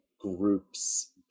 groups